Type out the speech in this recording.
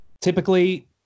typically